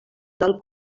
del